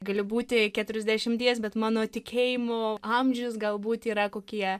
gali būti keturiasdešimties bet mano tikėjimu amžius galbūt yra kokie